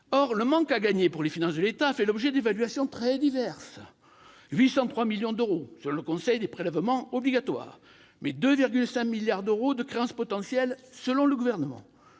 Or le manque à gagner, pour les finances de l'État, a fait l'objet d'évaluations très diverses : 803 millions d'euros selon le Conseil des prélèvements obligatoires, mais 2,5 milliards d'euros de créances potentielles selon le Gouvernement.